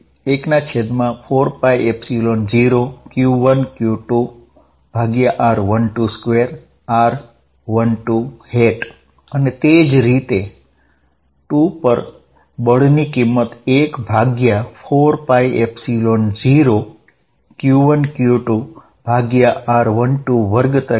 F1 14π0q1q2r12 2 r12 અને તે જ રીતે 2 પર લાગતા બળ ની કિંમત F2 14π0q1q2r12 2 r12 હશે અહીં r12 2 અને r21 2 સમાન હોય છે